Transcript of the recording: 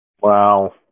Wow